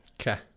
Okay